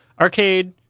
Arcade